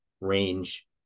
range